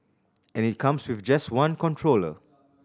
and it comes with just one controller